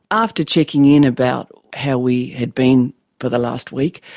after checking in about how we had been for the last week,